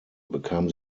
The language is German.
bekam